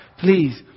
please